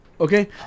Okay